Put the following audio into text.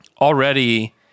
already